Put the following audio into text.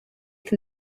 can